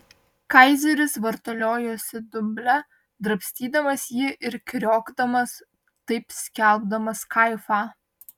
kaizeris vartaliojosi dumble drabstydamas jį ir kriokdamas taip skelbdamas kaifą